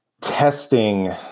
testing